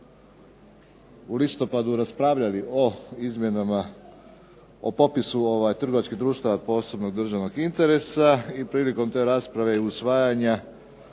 u listopadu raspravljali o izmjenama o popisu trgovačkih društava od posebnog državnog interesa i prilikom te rasprave i usvajanja